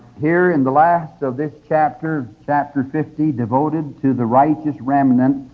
here in the last of this chapter, chapter fifty, devoted to the righteous remnant,